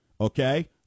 okay